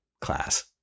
class